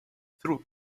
through